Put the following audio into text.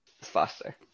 Faster